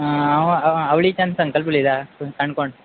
आं हांव आवळीच्यान संकल्प उलयतां काणकोण